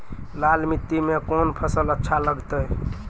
लाल मिट्टी मे कोंन फसल अच्छा लगते?